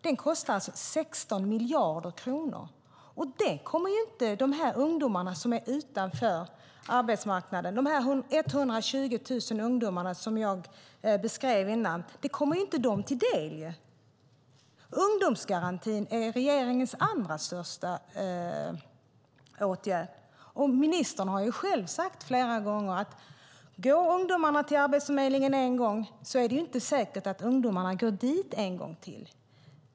Det kostar 16 miljarder kronor, och det kommer inte de ungdomar som är utanför arbetsmarknaden, dessa 120 000 ungdomar som jag beskrev tidigare, till del. Ungdomsgarantin är regeringens andra största åtgärd, och ministern har själv sagt flera gånger att om ungdomarna går till Arbetsförmedlingen en gång är det inte säkert att de går dit en gång till.